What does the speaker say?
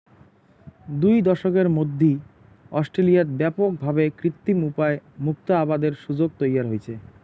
দুই দশকের মধ্যি অস্ট্রেলিয়াত ব্যাপক ভাবে কৃত্রিম উপায় মুক্তা আবাদের সুযোগ তৈয়ার হইচে